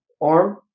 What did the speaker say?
arm